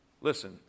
Listen